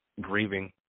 Grieving